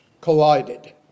collided